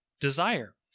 desire